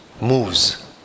moves